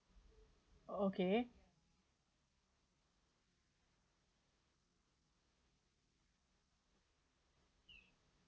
okay